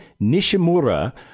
Nishimura